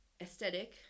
aesthetic